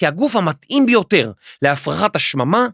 כי הגוף המתאים ביותר להפרחת השממה